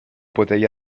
potevi